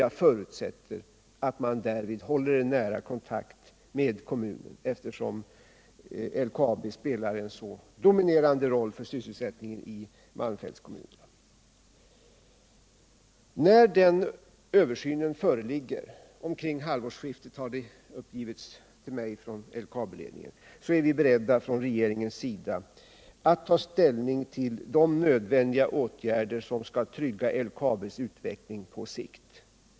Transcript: Jag förutsätter att man därvid upprätthåller en nära kontakt med kommunerna, eftersom LKAB spelar en så dominerande roll för sysselsättningen i malmfältskommunerna. När den översynen föreligger — omkring halvårsskiftet, enligt vad det har uppgivits till mig från LKAB-ledningen —- är vi i regeringen beredda att ta ställning till de nödvändiga åtgärder som skall trygga LKAB:s utveckling på sikt.